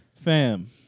fam